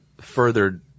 further